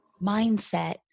mindset